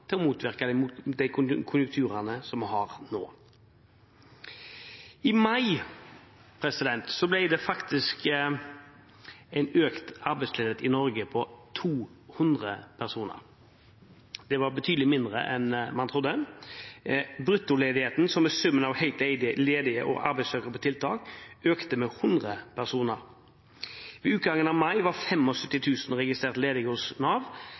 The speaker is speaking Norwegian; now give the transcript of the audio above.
til å motvirke de konjunkturene vi har nå. I mai økte arbeidsledigheten i Norge med 200 personer. Det var betydelig mindre enn man trodde. Bruttoledigheten, som er summen av helt ledige og arbeidssøkere på tiltak, økte med 100 personer. Ved utgangen av mai var 75 000 registrert ledige hos Nav.